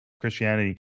Christianity